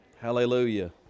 hallelujah